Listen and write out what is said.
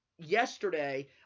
Yesterday